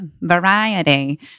variety